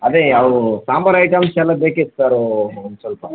ಅದೇ ಅವು ಸಾಂಬರ್ ಐಟಮ್ಸ್ ಎಲ್ಲ ಬೇಕಿತ್ತು ಸರ್ ಒನ್ ಸ್ವಲ್ಪ